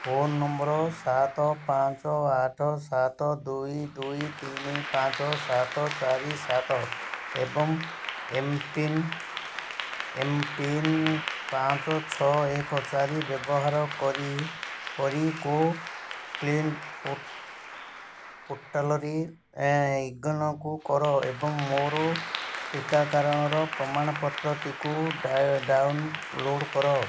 phone number ସାତ ପାଞ୍ଚ ଆଠ ସାତ ଦୁଇ ଦୁଇ ତିନି ପାଞ୍ଚ ସାତ ଚାରି ସାତ ଏବଂ ଏମ୍ ପିନ୍ ଏମ୍ ପିନ୍ ପାଞ୍ଚ ଛଅ ଏକ ଚାରି ବ୍ୟବହାର କରି କରି କୋୱିନ୍ ପୋର୍ଟାଲ୍ରେ ଇଗନକୁ କର ଏବଂ ମୋର ଟିକାକରଣର ପ୍ରମାଣପତ୍ରଟିକୁ ଡ଼ାଉନଲୋଡ଼୍ କର